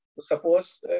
Suppose